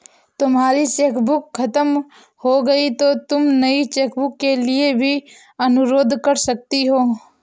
तुम्हारी चेकबुक खत्म हो गई तो तुम नई चेकबुक के लिए भी अनुरोध कर सकती हो